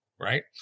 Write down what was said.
right